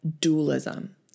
dualism